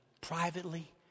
privately